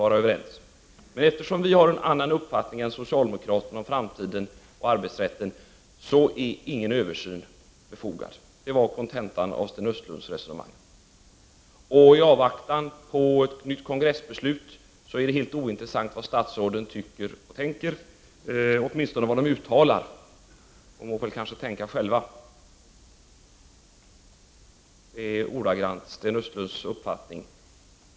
Men eftersom vi i moderata samlingspartiet har en annan uppfattning än socialdemokraterna om framtiden och arbetsrätten är alltså inte en översyn befogad. Detta var kontentan av Sten Östlunds resonemang. I avvaktan på ett nytt kongressbeslut är det helt ointressant vad statsråden tycker och tänker, åtminstone vad de uttalar. Det är ordagrant Sten Östlunds uppfattning.